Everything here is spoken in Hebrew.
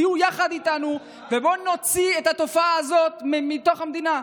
תהיו יחד איתנו ובואו נוציא את התופעה הזאת מתוך המדינה.